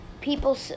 people